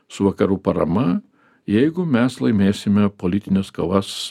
su vakarų parama jeigu mes laimėsime politines kovas